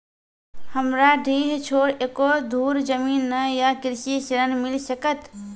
हमरा डीह छोर एको धुर जमीन न या कृषि ऋण मिल सकत?